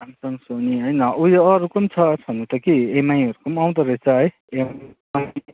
Samsung Sony होइन उयो अरूको पनि छ छन त कि एमआइहरूको पनि आउँदोरहेछ है